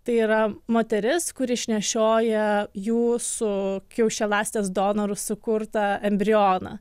tai yra moteris kuri išnešioja jūsų kiaušialąstės donorų sukurtą embrioną